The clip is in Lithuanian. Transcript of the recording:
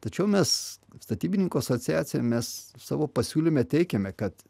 tačiau mes statybininkų asociacija mes savo pasiūlyme teikiame kad